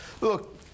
Look